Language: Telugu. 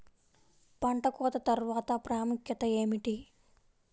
పంట కోత తర్వాత ప్రాముఖ్యత ఏమిటీ?